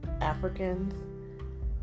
Africans